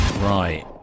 Right